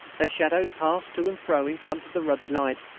their shadows passed to and fro in front of the ruddy light.